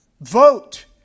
vote